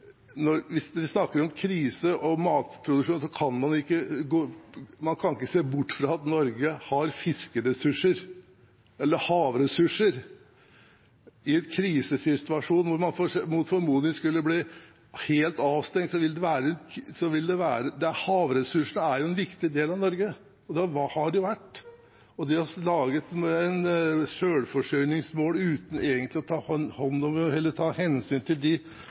når man snakker om selvforsyning. Til slutt: Hvis man snakker om krise og matproduksjon, kan man ikke se bort fra at Norge har fiskeressurser, eller havressurser. I en krisesituasjon hvor man mot formodning skulle bli helt avstengt, er havressursene en viktig del av Norge, og det har de vært. Det å lage et selvforsyningsmål uten å ta hensyn til de